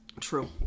true